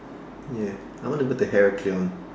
ya I wanna go to Heraklion